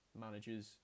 managers